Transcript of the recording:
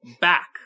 Back